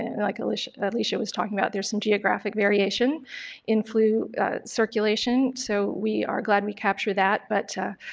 like alicia alicia was talking about, there's some geographic variation in flu circulation, so we are glad we capture that but